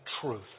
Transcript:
truth